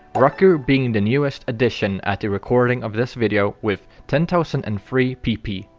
rucker being the newest addition at the recording of this video with ten thousand and three pp.